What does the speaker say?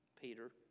Peter